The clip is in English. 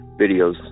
videos